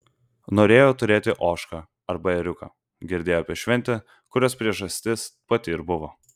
norėjo turėti ožką arba ėriuką girdėjo apie šventę kurios priežastis pati ir buvo